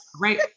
right